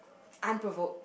unprovoked